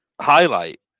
Highlight